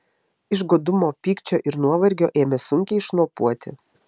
iš godumo pykčio ir nuovargio ėmė sunkiai šnopuoti